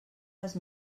les